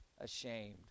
ashamed